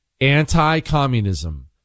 Anti-communism